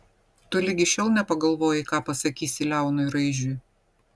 tu ligi šiol nepagalvojai ką pasakysi leonui raižiui